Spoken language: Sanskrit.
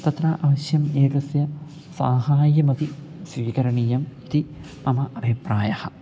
तत्र अवश्यम् एकस्य साहाय्यमपि स्वीकरणीयम् इति मम अभिप्रायः